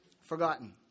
forgotten